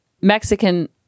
Mexican